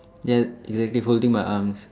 yes exactly holding my arms